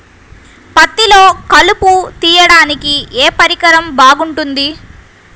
పత్తిలో కలుపు తీయడానికి ఏ పరికరం బాగుంటుంది?